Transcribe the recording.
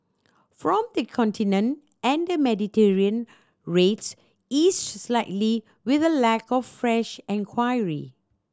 from the Continent and the Mediterranean rates eased slightly with a lack of fresh enquiry